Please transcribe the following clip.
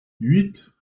huit